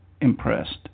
Impressed